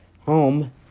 Home